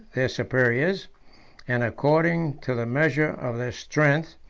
their superiors and, according to the measure of their strength,